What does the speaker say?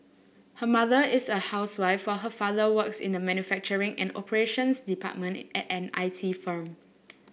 her mother is a housewife while her father works in the manufacturing and operations department at an I T firm